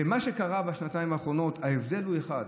מה שקרה בשנתיים האחרונות, ההבדל הוא אחד,